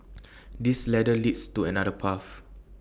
this ladder leads to another path